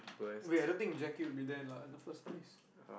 wait i don't think Jackie will be there lah in the first place